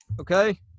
okay